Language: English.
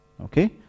Okay